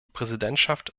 präsidentschaft